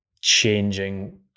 changing